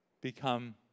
become